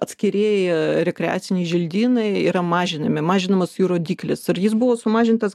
atskirieji rekreaciniai želdynai yra mažinami mažinamas jų rodiklis ir jis buvo sumažintas